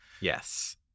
Yes